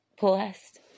blessed